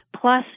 Plus